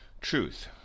truth